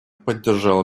поддержало